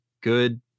good